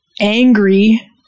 angry